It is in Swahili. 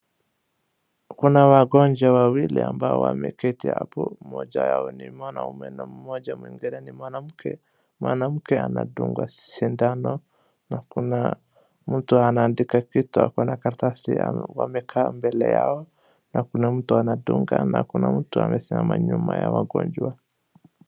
Kuna wagonjwa wawili ambao wameketi hapo, mmoja yao ni mwanamume na mmoja mwingine ni mwanamke. Mwanamke anadungwa sindano na kuna mtu anaandika kitu ako na karatasi ya wamekaa mbele yao na kuna mtu anadunga, na kuna mtu amesimama nyuma ya wagonjwa.